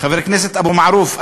חבר הכנסת אבו מערוף,